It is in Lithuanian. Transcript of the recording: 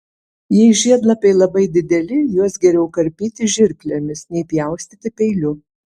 jei žiedlapiai labai dideli juos geriau karpyti žirklėmis nei pjaustyti peiliu